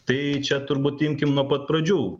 tyčia turbūt imkim nuo pat pradžių